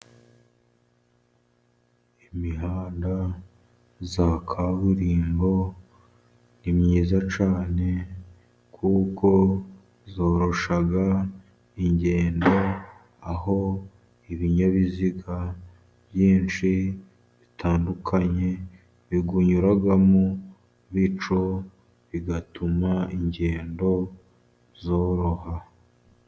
Imihanda ya kaburimbo ni myiza cyane, kuko zorosha ingendo. Aho ibinyabiziga byinshi bitandukanye biwunyuramo bicyo bigatuma ingendo zoroha.